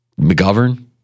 McGovern